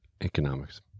economics